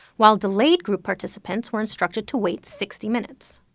while delayed group participants were instructed to wait sixty minutes.